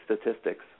statistics